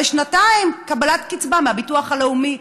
ושנתיים קבלת קצבה מהביטוח הלאומי.